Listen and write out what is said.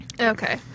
Okay